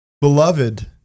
Beloved